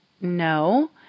no